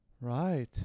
Right